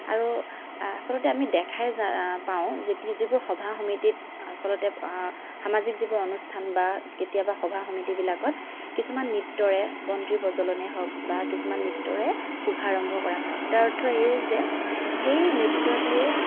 আৰু আচলতে আমি দেখাই যা পাওঁ যে টি যিবোৰ সভা সমিতিত আচলতে সামাজিক যিবোৰ অনুষ্ঠান বা কেতিয়াবা সভা সমিতিবিলাকত কিছুমান নৃত্যৰে বন্তি প্ৰজলনেই হওক বা কিছুমান নৃত্যৰে শুভাৰম্ভ কৰা হয় তাৰ অৰ্থ এয়ে যে সেই নৃত্যটিয়ে